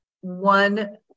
one